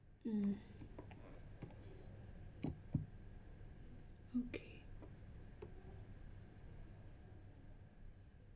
mm okay